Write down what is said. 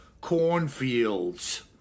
cornfields